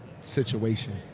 situation